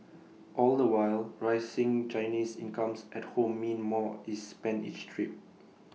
all the while rising Chinese incomes at home mean more is spent each trip